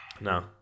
No